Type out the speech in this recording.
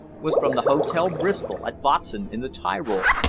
was from the hotel bristol, at botzen, in the tyrol,